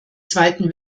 zweiten